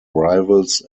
rivals